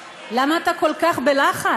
למה אתה כל כך בלחץ?